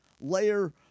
layer